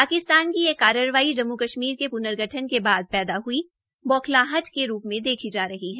पाकिस्तान की यह कार्रवाई जम्मू कश्मीर के प्र्नगठन के बाद पैदा हई बौखलाहट के रूप में देखी जा रही है